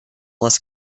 les